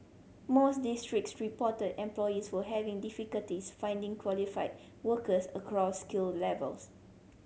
most districts reported employees were having difficulties finding qualified workers across skill levels